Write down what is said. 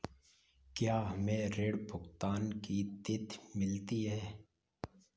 क्या हमें ऋण भुगतान की तिथि मिलती है?